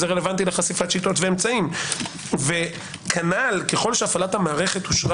רלוונטי לחשיפת שיטות ואמצעים וכנ"ל ככל שהפעלת המערכת אושרה